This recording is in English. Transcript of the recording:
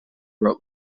wrote